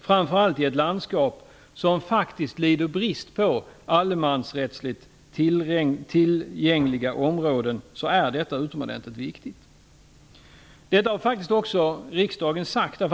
Framför allt i ett landskap som faktiskt lider brist på allemansrättsligt tillgängliga områden är detta utomordentligt viktigt. Detta har också riksdagen sagt.